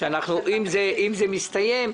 אם זה מסתיים,